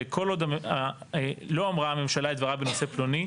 "כל עוד לא אמרה הממשלה את דברה בנושא פלוני,